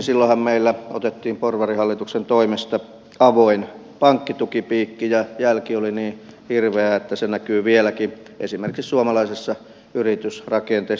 silloinhan meillä otettiin porvarihallituksen toimesta avoin pankkitukipiikki ja jälki oli niin hirveää että se näkyy vieläkin esimerkiksi suomalaisessa yritysrakenteessa